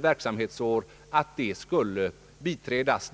verksamhetsår skulle biträdas.